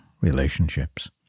relationships